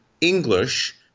English